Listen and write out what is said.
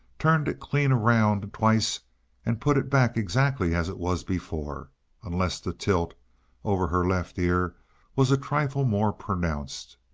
turned it clean around twice and put it back exactly as it was before unless the tilt over her left ear was a trifle more pronounced.